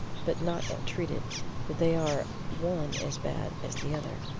but not ill-treated, though they are one as bad as the other.